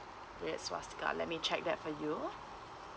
red swastika let me check that for you